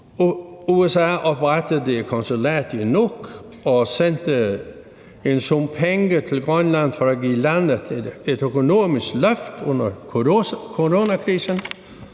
USA oprettede et konsulat i Nuuk og sendte en sum penge til Grønland for at give landet et økonomisk løft under coronakrisen,